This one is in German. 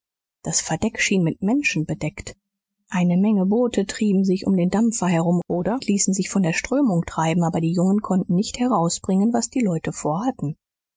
das verdeck schien mit menschen bedeckt eine menge boote trieben sich um den dampfer herum oder ließen sich von der strömung treiben aber die jungen konnten nicht herausbringen was die leute vorhatten